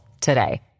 today